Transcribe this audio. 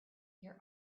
your